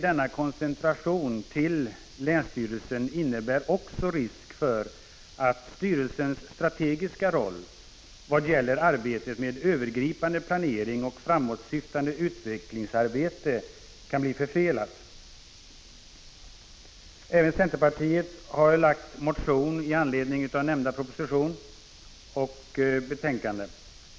Denna koncentration till länsstyrelsen innebär också risk för att styrelsens strategiska roll vad gäller arbetet med övergripande planering och framåtsyftande utvecklingsarbete kan bli förfelat. Även centerpartiet har väckt en motion med anledning av nämnda proposition.